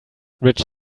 rich